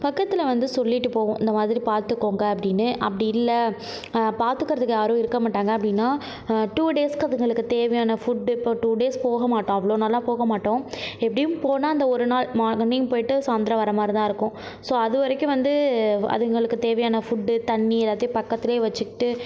பக்கத்தில் வந்து சொல்லிவிட்டு போவோம் இந்த மாதிரி பார்த்துக்கோங்க அப்படின்னு அப்படி இல்லை பார்த்துக்குறதுக்கு யாரும் இருக்க மாட்டாங்க அப்படின்னா டூ டேஸ்க்கு அதுங்களுக்கு தேவையான ஃபுட்டு இப்போது டூ டேஸ் போக மாட்டோம் அவ்வளோ நாள்லாம் போக மாட்டோம் எப்படியும் போனால் அந்த ஒரு நாள் மார்னிங் போயிட்டு சாய்ந்தரம் வரமாதிரி தான் இருக்கும் ஸோ அதுவரைக்கும் வந்து அதுங்களுக்கு தேவையான ஃபுட்டு தண்ணி எல்லாத்தையும் பக்கத்துலயே வச்சுக்கிட்டு